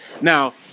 Now